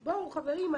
חברים,